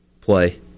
play